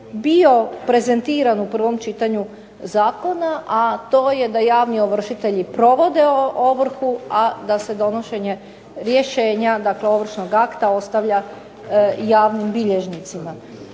bio prezentiran u prvom čitanju zakona, a to je da javni ovršitelji provode ovrhu, a da se donošenje rješenja, dakle ovršnog akta ostavlja javnim bilježnicima.